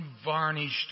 unvarnished